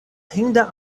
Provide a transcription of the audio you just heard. hinda